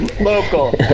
Local